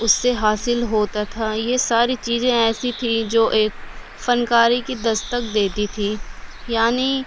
اس سے حاصل ہوتا تھا یہ ساری چیزیں ایسی تھیں جو ایک فنکاری کی دستک دیتی تھی یعنی